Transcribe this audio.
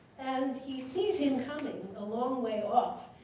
and he sees him coming a long way off,